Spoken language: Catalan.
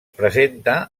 presenta